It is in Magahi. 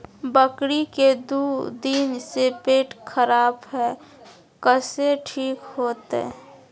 बकरी के दू दिन से पेट खराब है, कैसे ठीक होतैय?